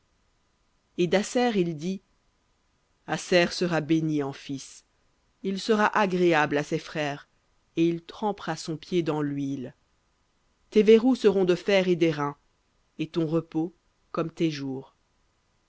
et d'aser il dit aser sera béni en fils il sera agréable à ses frères et il trempera son pied dans lhuile tes verrous seront de fer et d'airain et ton repos comme tes jours